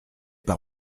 par